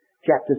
Chapter